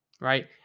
right